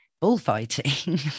bullfighting